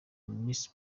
miss